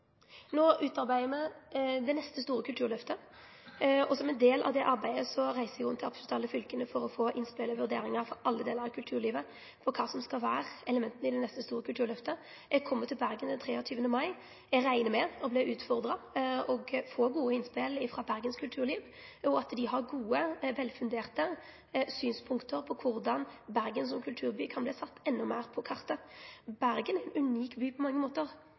neste store kulturløftet, og som ein del av det arbeidet reiser eg rundt til absolutt alle fylka for å få innspel og vurderingar frå alle delar av kulturlivet på kva som skal vere elementa i det neste store kulturløftet. Eg kjem til Bergen den 23. mai. Eg reknar med å verte utfordra og få gode innspel frå Bergens kulturliv, og at dei har gode, vel funderte synspunkt på korleis Bergen som kulturby kan verte sett enda meir på kartet. Bergen er ein unik by på mange måtar.